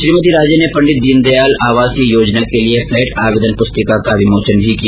श्रीमती राजे ने पंडित दीन दयाल आवासीय योजना के लिए फ्लैट आवेदन पुस्तिका का विमोचन भी किया